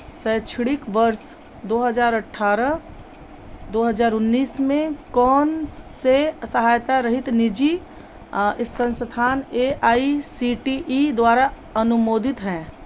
शैक्षणिक वर्ष दो हज़ार अठारह दो हज़ार उन्नीस में कौन से सहायता रहित निजी संस्थान A I C T E द्वारा अनुमोदित हैं